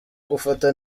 gufata